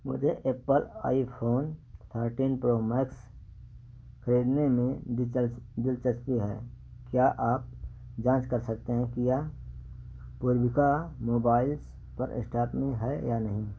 मुझे Apple iPhone thirteen pro max ख़रीदने में दिलचस्पी है क्या आप जाँच कर सकते हैं कि यह पूर्विका मोबाइल्स पर इस्टाक में है या नहीं